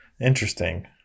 Interesting